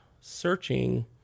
searching